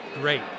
great